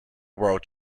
world